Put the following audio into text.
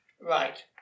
Right